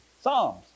Psalms